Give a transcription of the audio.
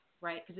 right